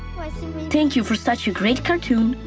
thank you for such a great cartoon,